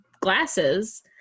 glasses